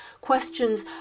questions